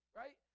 right